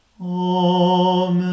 Amen